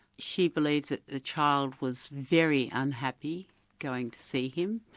she believed that the child was very unhappy going to see him,